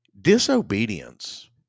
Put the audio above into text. disobedience